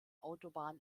autobahn